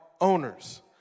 owners